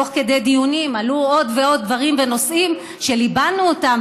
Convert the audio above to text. תוך כדי דיונים עלו עוד ועוד דברים בנושאים שליבַנו אותם,